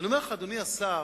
אדוני השר,